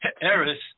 Eris